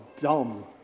dumb